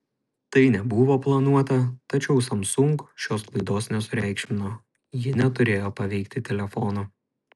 tai nebuvo planuota tačiau samsung šios klaidos nesureikšmino ji neturėjo paveikti telefonų